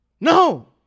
No